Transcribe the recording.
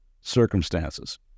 circumstances